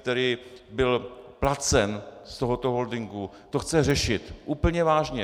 který byl placen z tohoto holdingu, to chce řešit úplně vážně.